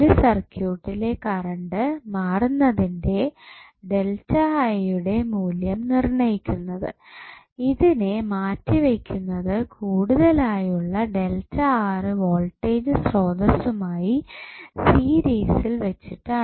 ഒരു സർക്യൂട്ടിലെ കറണ്ട് മാറുന്നതിന്റെ യുടെ മൂല്യം നിർണ്ണയിക്കുന്നത് ഇതിനെ മാറ്റി വെയ്ക്കുന്നത് കൂടുതലായുള്ള വോൾടേജ് സ്രോതസ്സുമായി സീരിസിൽ വെച്ചിട്ടാണ്